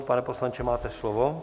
Pane poslanče, máte slovo.